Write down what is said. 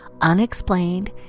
unexplained